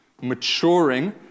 maturing